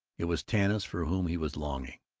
it was tanis for whom he was longing.